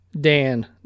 Dan